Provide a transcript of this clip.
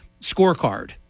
scorecard